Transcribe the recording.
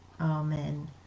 Amen